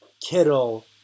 Kittle